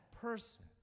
person